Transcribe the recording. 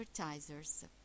Advertisers